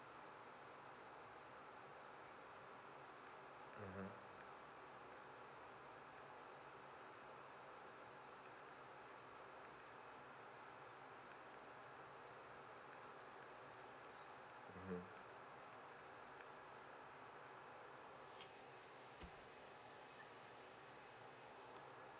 mmhmm mmhmm